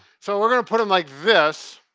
so, we're gonna put em like this.